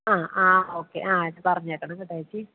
ആ ആ ഓക്കെ ആ പറഞ്ഞേക്കണം കേട്ടോ ചേച്ചി